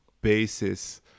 basis